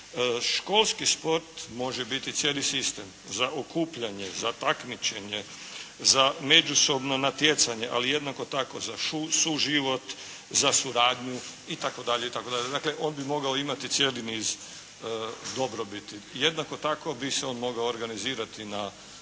Školski sport može biti cijeli sistem za okupljanje, za takmičenje, za međusobno natjecanje, ali jednako tako za suživot, za suradnju itd., itd. Dakle, on bi mogao imati cijeli niz dobrobiti. Jednako tako bi se on mogao organizirati na